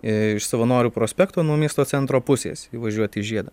iš savanorių prospekto nuo miesto centro pusės įvažiuoti į žiedą